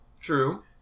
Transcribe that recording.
true